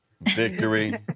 victory